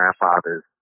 grandfather's